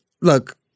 look